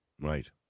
Right